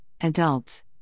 adults